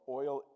oil